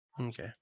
Okay